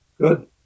Good